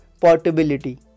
portability